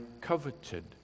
coveted